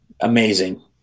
amazing